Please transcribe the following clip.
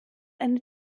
eine